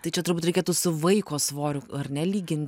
tai čia turbūt reikėtų su vaiko svoriu ar ne lygin